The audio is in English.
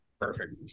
Perfect